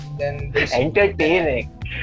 entertaining